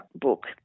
book